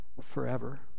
forever